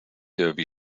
wie